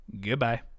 Goodbye